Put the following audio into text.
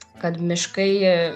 kad miškai